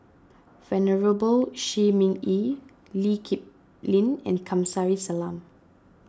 Venerable Shi Ming Yi Lee Kip Lin and Kamsari Salam